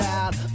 out